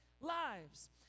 lives